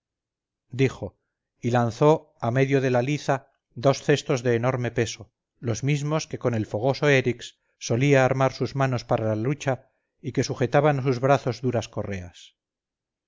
dijo y lanzó al medio de la liza dos cestos de enorme peso los mismos que con el fogoso erix solía armar sus manos para la lucha y que sujetaban a sus brazos duras correas